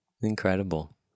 Incredible